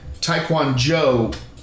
Taekwondo